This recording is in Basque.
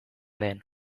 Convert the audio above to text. den